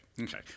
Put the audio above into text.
Okay